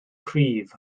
cryf